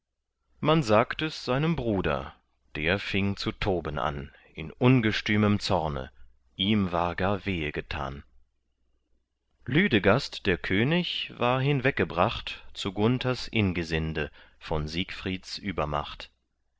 man sagt es seinem bruder der fing zu toben an in ungestümem zorne ihm war gar wehe getan lüdegast der könig war hinweggebracht zu gunthers ingesinde von siegfrieds übermacht